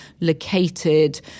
located